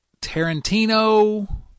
Tarantino